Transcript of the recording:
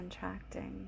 contracting